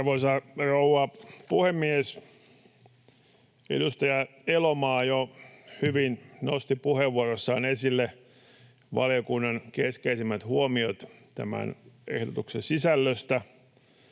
Arvoisa rouva puhemies! Edustaja Elomaa jo hyvin nosti puheenvuorossaan esille valiokunnan keskeisimmät huomiot tämän ehdotuksen sisällöstä.